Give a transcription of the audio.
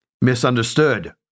misunderstood